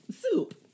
Soup